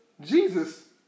Jesus